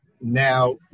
Now